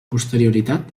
posterioritat